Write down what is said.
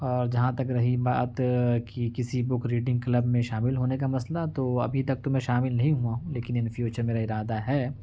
اور جہاں تک رہی بات کہ کسی بک ریڈنگ کلب میں شامل ہونے کا مسئلہ تو ابھی تک تو میں شامل نہیں ہوا ہوں لیکن ان فیوچر میرا ارادہ ہے